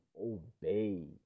obey